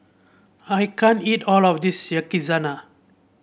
I can't eat all of this Yakizakana